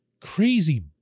crazy